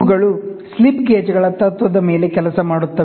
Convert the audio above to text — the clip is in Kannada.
ಇವುಗಳು ಸ್ಲಿಪ್ ಗೇಜ್ಗಳ ತತ್ತ್ವದ ಮೇಲೆ ಕೆಲಸ ಮಾಡುತ್ತವೆ